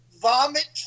vomit